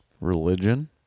religion